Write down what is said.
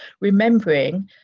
Remembering